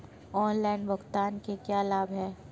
Online भुगतान के क्या लाभ हैं?